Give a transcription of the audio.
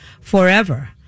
forever